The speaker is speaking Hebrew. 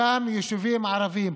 אותם יישובים ערביים,